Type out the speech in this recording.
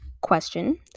question